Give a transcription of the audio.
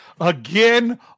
again